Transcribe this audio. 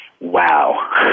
Wow